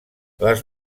les